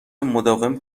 مداوم